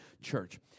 church